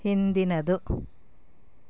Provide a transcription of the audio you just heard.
ಹಿಂದಿನದು